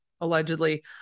allegedly